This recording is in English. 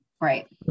Right